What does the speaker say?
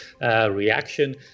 reaction